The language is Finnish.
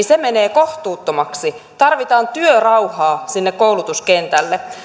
se menee kohtuuttomaksi tarvitaan työrauhaa sinne koulutuskentälle